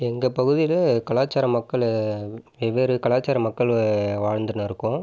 எங்கள் பகுதியில் கலாச்சார மக்கள் வெவ்வேறு கலாச்சார மக்கள் வாழ்ந்துன்னுயிருக்கோம்